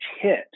hit